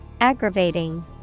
Aggravating